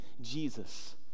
Jesus